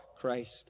Christ